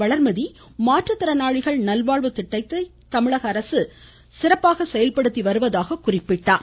வளர்மதி மாற்றுத்திறனாளிகள் நல்வாழ்வு திட்டத்தை தமிழக அரசு சிறப்பாக செயல்படுத்தி வருவதாக கூறினார்